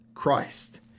Christ